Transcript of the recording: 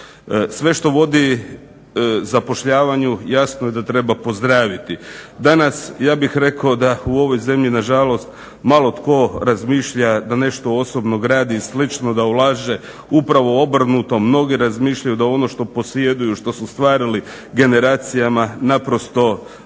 Sve što vodi zapošljavanju jasno je da treba pozdraviti. Danas ja bih rekao da u ovoj zemlji nažalost malo tko razmišlja da nešto osobno gradi i slično, da ulaže, upravo obrnuto mnogi razmišljaju da ono što posjeduju, što su stvarali generacijama naprosto rasprodaju